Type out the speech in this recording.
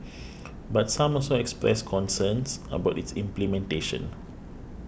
but some also expressed concerns about its implementation